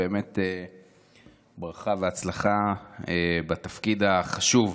ברכה והצלחה בתפקיד החשוב.